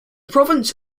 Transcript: province